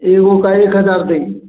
एगो का एक हज़ार देंगे